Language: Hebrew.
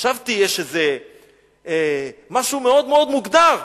חשבתי שיש איזה משהו מאוד-מאוד מוגדר,